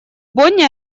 бонне